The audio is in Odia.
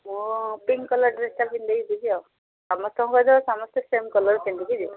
ମୁଁ ପିଙ୍କ୍ କଲର ଡ୍ରେସ୍ଟା ପିନ୍ଧି ଦେଇକି ଯିବି ଆଉ ସମସ୍ତଙ୍କୁ କହିଦବ ସମସ୍ତେ ସେମ୍ କଲର ପିନ୍ଧିକି ଯିବେ